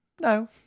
No